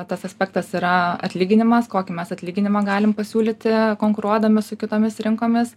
tas aspektas yra atlyginimas kokį mes atlyginimą galim pasiūlyti konkuruodami su kitomis rinkomis